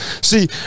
See